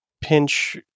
pinch